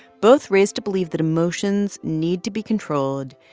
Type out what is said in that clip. both raised to believe that emotions need to be controlled,